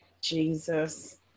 Jesus